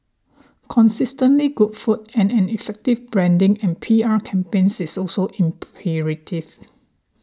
consistently good food and an effective branding and P R campaigns is also imperative